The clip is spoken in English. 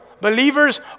Believers